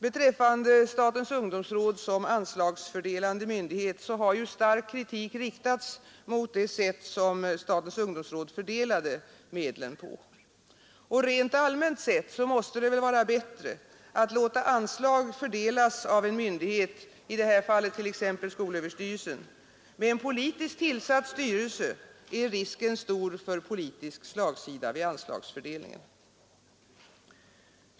Beträffande statens ungdomsråd som anslagsfördelande myndighet så har ju stark kritik riktats mot fördelning av medlen. Rent allmänt måste det vara bättre att låta anslag fördelas av en myndighet, i detta fall t.ex. skolöverstyrelsen. Med en politiskt tillsatt styrelse är risken stor för politisk slagsida vid anslagsfördelningen.